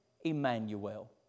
Emmanuel